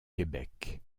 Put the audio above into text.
québec